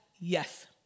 yes